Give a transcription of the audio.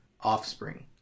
offspring